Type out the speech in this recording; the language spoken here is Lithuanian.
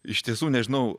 iš tiesų nežinau